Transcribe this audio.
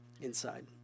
inside